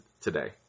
today